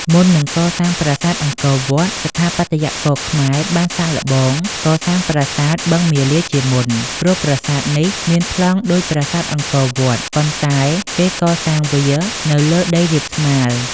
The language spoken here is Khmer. មុននឹងកសាងប្រាសាទអង្គរវត្ត ស្ថាបត្យករខ្មែរបានសាកល្បង កសាងប្រាសាទ បឹងមាលាជាមុន ព្រោះប្រាសាទនេះមានប្លង់ដូចប្រាសាទអង្គរវត្ត ប៉ុន្តែគេកសាងវានៅលើដីរាបស្មើ។